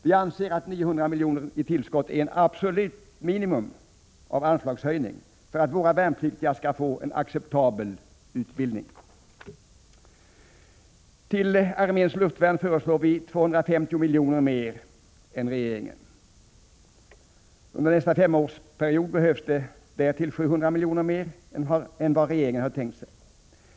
Vi anser att 900 milj.kr. i tillskott är ett absolut minimum när det gäller anslagshöjning för att våra värnpliktiga skall få en acceptabel utbildning. Till arméns luftvärn föreslår vi 250 milj.kr. mer än regeringen. Under nästa femårsperiod behövs det 700 milj.kr. mer än regeringen föreslår.